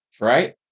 Right